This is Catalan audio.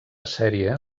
sèrie